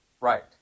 Right